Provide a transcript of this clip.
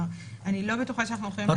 אני לא בטוחה שאנחנו יכולים --- את